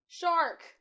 Shark